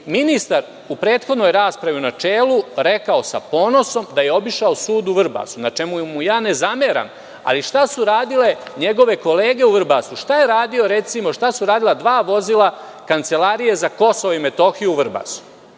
ministar u prethodnoj raspravi u načelu rekao sa ponosom da je obišao sud u Vrbasu. Ne zameram mu na tome, ali šta su radile njegove kolege u Vrbasu? Šta su radila dva vozila Kancelarije za Kosovo i Metohiju u Vrbasu?